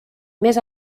més